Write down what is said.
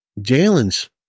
Jalen's